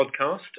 podcast